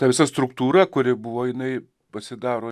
ta visa struktūra kuri buvo jinai pasidaro